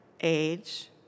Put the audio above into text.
age